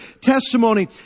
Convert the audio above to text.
testimony